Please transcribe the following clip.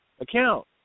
account